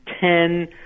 ten